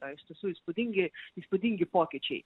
na iš tiesų įspūdingi įspūdingi pokyčiai